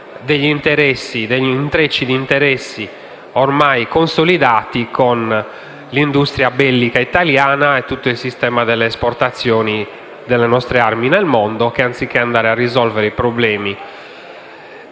hanno intrecci di interessi ormai consolidati con l'industria bellica italiana e tutto il sistema delle esportazioni delle nostre armi nel mondo, che, anziché andare a risolvere i problemi